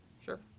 Sure